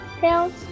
tails